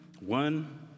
One